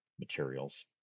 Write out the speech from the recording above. materials